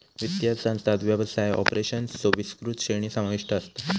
वित्तीय संस्थांत व्यवसाय ऑपरेशन्सचो विस्तृत श्रेणी समाविष्ट असता